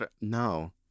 No